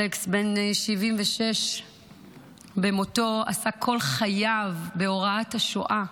אלכס, בן 76 במותו, עסק כל חייו בהוראת השואה.